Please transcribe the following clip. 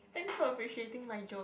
thanks for appreciating my joke